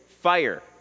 fire